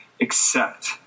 accept